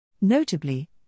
Notably